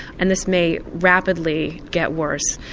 and this may rapidly get worse.